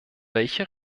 welche